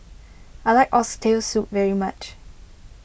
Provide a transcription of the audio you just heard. I like Oxtail Soup very much